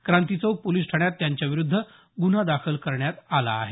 Kranti Chowk police ठाण्यात त्यांच्याविरूद्ध गुन्हा दाखल करण्यात आला आहे